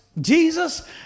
Jesus